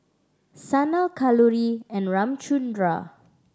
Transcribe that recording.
Sanal Kalluri and Ramchundra